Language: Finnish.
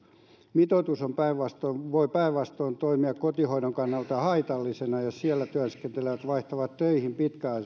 mitoitus voi päinvastoin toimia kotihoidon kannalta haitallisena ja siellä työskentelevät vaihtavat töihin